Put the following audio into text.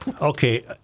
Okay